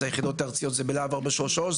ליחדת להב 433,